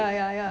ya ya ya